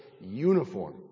uniform